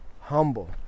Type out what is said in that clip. humble